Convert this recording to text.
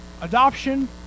Adoption